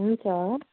हुन्छ